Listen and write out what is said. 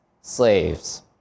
slaves